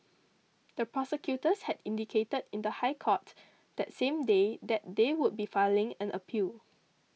the prosecutors had indicated in the High Court that same day that they would be filing an appeal